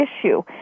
issue